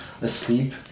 asleep